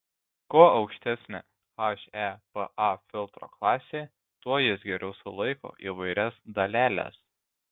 kuo aukštesnė hepa filtro klasė tuo jis geriau sulaiko įvairias daleles